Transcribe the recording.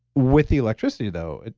with the electricity though,